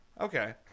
okay